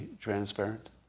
transparent